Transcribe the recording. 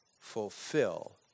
Fulfill